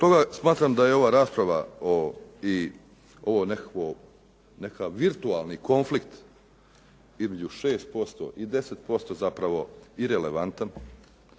toga smatram da je ova rasprava i ovo nekakvo, nekakav virtualni konflikt između 6% i 10% zapravo irelevantan